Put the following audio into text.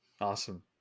Awesome